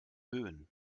böen